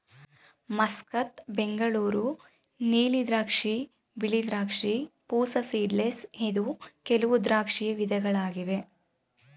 Muscat, Bengaluru ನೀಲಿ ದ್ರಾಕ್ಷಿ, ಬಿಳಿ ದ್ರಾಕ್ಷಿ, ಪೂಸಾ ಸೀಡ್ಲೆಸ್ ಇದು ಕೆಲವು ದ್ರಾಕ್ಷಿಯ ವಿಧಗಳಾಗಿವೆ